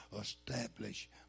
establish